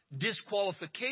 disqualification